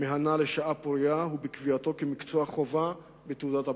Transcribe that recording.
מהנה לשעה פורייה היא קביעתו כמקצוע חובה בתעודת הבגרות.